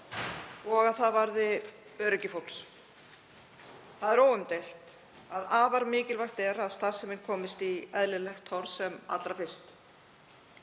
og að það varði öryggi fólks. Það er óumdeilt að afar mikilvægt er að starfsemin komist í eðlilegt horf sem allra fyrst.